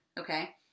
okay